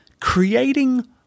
Creating